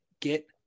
get